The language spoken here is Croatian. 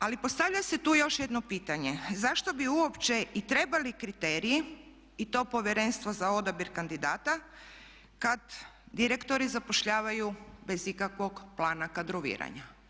Ali postavlja se tu još jedno pitanje zašto bi uopće i trebali kriteriji i to povjerenstvo za odabir kandidata kada direktori zapošljavanju bez ikakvog plana kadroviranja.